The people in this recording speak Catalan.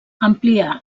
amplià